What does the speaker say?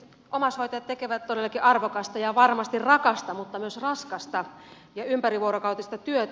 omaishoitajat tekevät todellakin arvokasta ja varmasti rakasta mutta myös raskasta ja ympärivuorokautista työtä